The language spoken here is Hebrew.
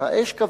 האש כבתה,